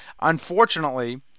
Unfortunately